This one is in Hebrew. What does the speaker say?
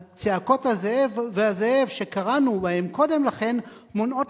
צעקות ה"זאב" וה"זאב" שקראנו קודם לכן גורמות